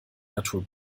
natur